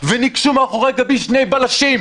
וניגשו מאחורי גבי שני בלשים.